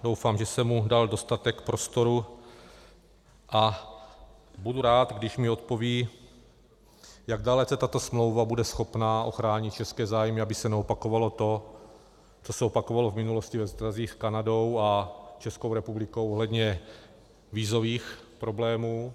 Doufám, že jsem mu dal dostatek prostoru, a budu rád, když mi odpoví, jak dalece tato smlouva bude schopna ochránit české zájmy, aby se neopakovalo to, co se opakovalo v minulosti ve vztazích s Kanadou a Českou republikou ohledně vízových problémů.